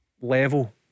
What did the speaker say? level